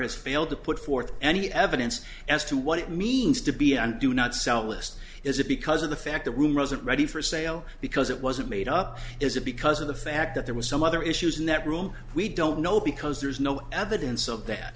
has failed to put forth any evidence as to what it means to be and do not sell list is it because of the fact the room wasn't ready for sale because it wasn't made up is it because of the fact that there was some other issues in that room we don't know because there's no evidence of that